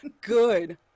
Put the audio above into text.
Good